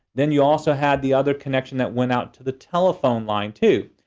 then you also had the other connection that went out to the telephone line, too.